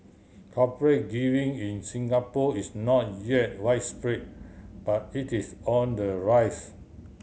corporate giving in Singapore is not yet widespread but it is on the rise